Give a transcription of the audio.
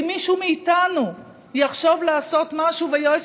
אם מישהו מאיתנו יחשוב לעשות משהו ויועץ